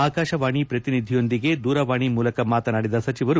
ಆಕಾಶವಾಣಿ ಪ್ರತಿನಿಧಿಯೊಂದಿಗೆ ದೂರವಾಣಿ ಮೂಲಕ ಮಾತನಾಡಿದ ಸಚಿವರು